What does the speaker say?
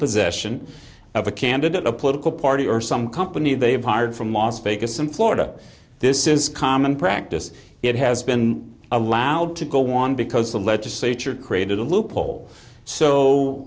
possession of a candidate a political party or some company they have hired from las vegas in florida this is common practice it has been allowed to go on because the legislature created a loophole so